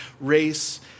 race